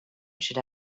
should